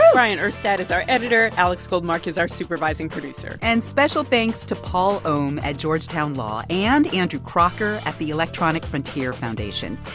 um bryant urstadt is our editor. alex goldmark is our supervising producer and special thanks to paul ohm at georgetown law and andrew crocker at the electronic frontier foundation.